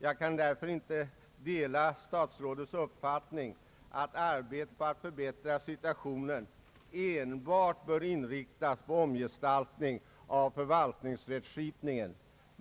Jag kan därför inte heller dela statsrådets uppfattning att arbetet på att förbättra situationen i stort bör inriktas på omgestaltning av förvaltningsrättskipningen.